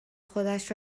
خودش